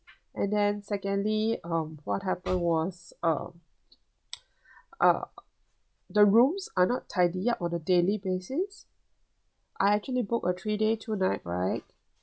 and then secondly um what happened was uh uh the rooms are not tidy up on a daily basis I actually book a three day two night right